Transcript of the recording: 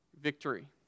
Victory